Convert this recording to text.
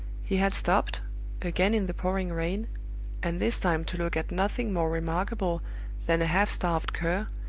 he had stopped again in the pouring rain and this time to look at nothing more remarkable than a half-starved cur,